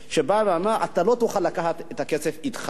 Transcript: באה ואמרה: אתה לא תוכל לקחת את הכסף אתך,